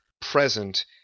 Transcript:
present